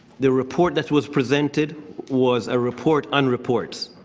the report that was presented was a report on reports.